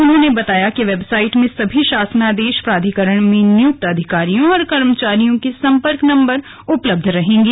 उन्होंने बताया कि वेबसाइट में सभी शासनादेश प्राधिकरण में नियुक्त अधिकारियों कर्मचारियों के सम्पर्क नम्बर उपलब्ध रहेंगे